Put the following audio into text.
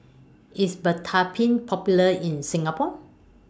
IS Betadine Popular in Singapore